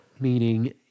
meaning